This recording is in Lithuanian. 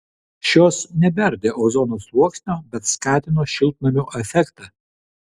šios nebeardė ozono sluoksnio bet skatino šiltnamio efektą